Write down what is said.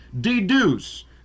deduce